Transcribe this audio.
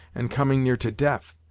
and coming near to death.